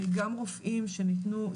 גם רופאים שניתנו,